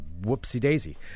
Whoopsie-daisy